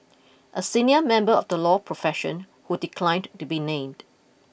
a senior member of the law profession who declined to be named